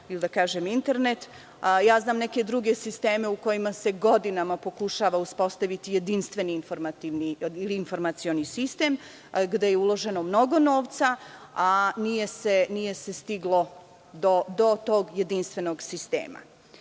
ili internet, ali znam neke druge sisteme gde se godinama pokušava uspostaviti jedinstveni informacioni sistem, a uloženo je mnogo novca, a nije se stiglo do tog jedinstvenog sistema. Još